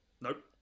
Nope